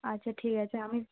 আচ্ছা ঠিক আছে আমি